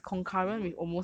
oh I don't know eh